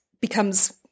becomes